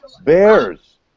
Bears